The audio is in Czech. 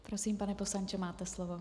Prosím, pane poslanče, máte slovo.